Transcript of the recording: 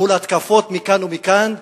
מול התקפות מכאן ומכאן.